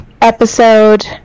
Episode